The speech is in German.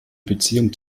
beziehung